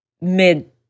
mid